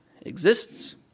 exists